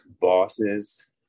bosses